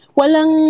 walang